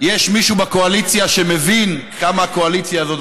יש מישהו בקואליציה שמבין כמה הקואליציה הזאת,